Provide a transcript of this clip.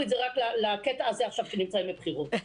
רק לקטע הזה עכשיו שנמצאים בבחירות.